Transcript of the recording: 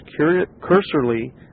cursorily